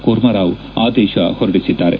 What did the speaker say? ಕೂರ್ಮಾರಾವ್ ಆದೇಶ ಹೊರಡಿಸಿದ್ದಾರೆ